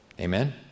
Amen